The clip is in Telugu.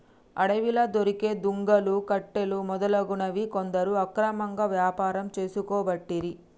అడవిలా దొరికే దుంగలు, కట్టెలు మొదలగునవి కొందరు అక్రమంగా వ్యాపారం చేసుకోబట్టిరి